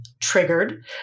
triggered